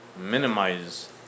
minimize